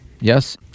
Yes